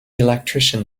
electrician